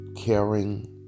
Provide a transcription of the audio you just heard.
caring